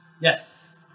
Yes